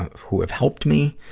who have helped me.